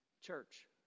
church